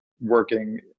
working